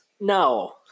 No